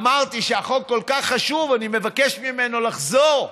אמרתי שהחוק כל כך חשוב, אני מבקש ממנו לחזור,